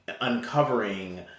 uncovering